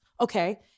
Okay